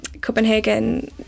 Copenhagen